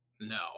No